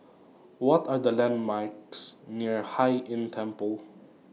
What Are The landmarks near Hai Inn Temple